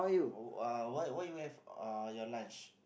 uh what what you have uh your lunch